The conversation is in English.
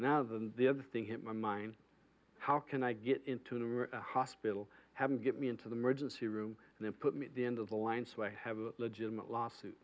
now them the other thing hit my mind how can i get into a hospital having to get me into the mergence a room and then put me at the end of the line so i have a legitimate lawsuit